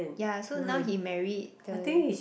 yeah so now he married the